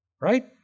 Right